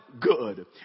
good